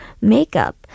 makeup